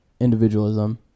individualism